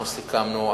אנחנו סיכמנו,